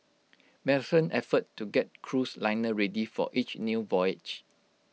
marathon effort to get cruise liner ready for each new voyage